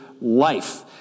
Life